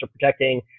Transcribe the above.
protecting